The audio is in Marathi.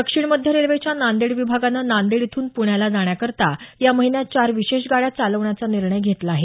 दक्षिण मध्य रेल्वेच्या नांदेड विभागानं नांदेड येथून पुण्याला जाण्याकरता या महिन्यात चार विशेष गाड्या चालवण्याच्या निर्णय घेतला आहे